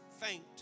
faint